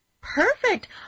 Perfect